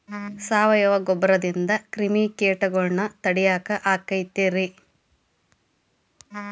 ಸಾವಯವ ಗೊಬ್ಬರದಿಂದ ಕ್ರಿಮಿಕೇಟಗೊಳ್ನ ತಡಿಯಾಕ ಆಕ್ಕೆತಿ ರೇ?